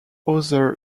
other